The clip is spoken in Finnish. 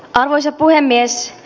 arvoisa puhemies